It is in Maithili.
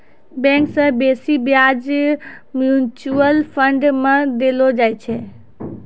बैंक से बेसी ब्याज म्यूचुअल फंड मे देलो जाय छै